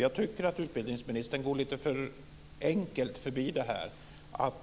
Jag tycker att utbildningsministern går lite för enkelt förbi det här att